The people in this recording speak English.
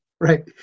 Right